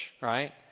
right